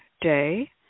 day